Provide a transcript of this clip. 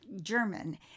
German